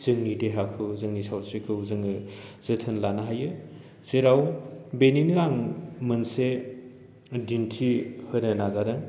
जोंनि देहाखौ जोंनि सावस्रिखौ जोङो जोथोन लानो हायो जेराव बेनिनो आं मोनसे दिन्थि होनो नाजादों